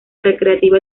recreativa